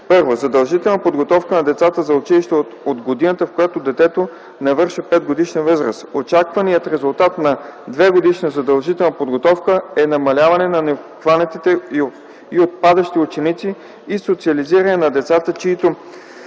1. Задължителна подготовка на децата за училище от годината, в която детето навършва 5-годишна възраст. Очакваният резултат на двегодишната задължителна подготовка е намаляване на необхванатите и отпадащи ученици и социализиране на децата, чийто